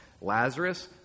Lazarus